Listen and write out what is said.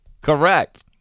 Correct